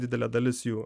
didelė dalis jų